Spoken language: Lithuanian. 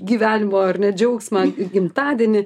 gyvenimo ar ne džiaugsmą gimtadienį